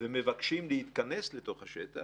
ומבקשים להתכנס לתוך השטח,